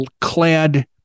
clad